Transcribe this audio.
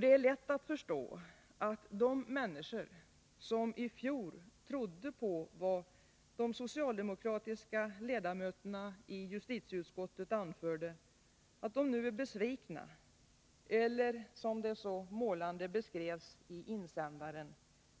Det är lätt att förstå att de människor som i fjol trodde på vad de socialdemokratiska ledamöterna i justitieutskottet anförde, nu är besvikna eller, som det så målande beskrevs i insändaren,